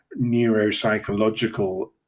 neuropsychological